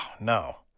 no